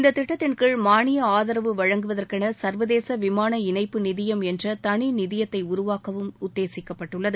இந்தத் திட்டத்தின் கீழ் மான்ய ஆதரவு வழங்குவதற்கென சள்வதேச விமான இணைப்பு நிதியம் என்ற தனியான நிதியத்தை உருவாக்கவும் உத்தேசிக்கப்பட்டுள்ளது